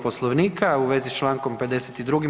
Poslovnika u vezi s čl. 52.